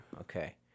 Okay